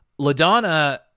LaDonna